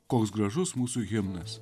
koks gražus mūsų himnas